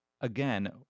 Again